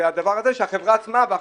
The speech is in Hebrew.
החברה עצמה, "דן"